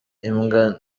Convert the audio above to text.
imbwa